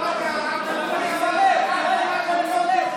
אתם יהודים --- רשע --- הוא לא רק שלך,